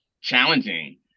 challenging